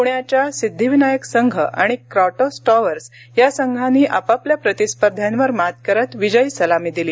प्ण्याच्या सिद्धीविनायक संघ आणि क्राटोस टॉवर्स या संघांनी आपापल्या प्रतिस्पर्ध्यांवर मात करत विजयी सलामी दिली